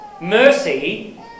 Mercy